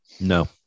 No